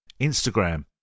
Instagram